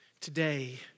Today